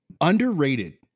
Underrated